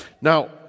Now